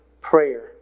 prayer